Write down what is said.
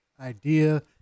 idea